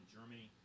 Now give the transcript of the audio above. Germany